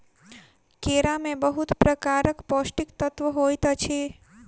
केरा में बहुत प्रकारक पौष्टिक तत्व होइत अछि